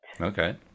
Okay